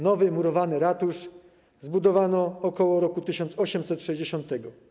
Nowy murowany ratusz zbudowano ok. 1860 r.